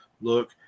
look